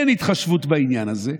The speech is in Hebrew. אין התחשבות בעניין הזה.